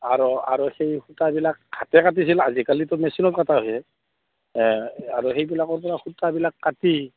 আৰু আৰু সেই সূতাবিলাক হাতে কাটিছিল আজিকালিতো মেচিনত কটা হয় আৰু সেইবিলাকৰপৰা সূতাবিলাক কাটি